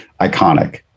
iconic